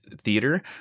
theater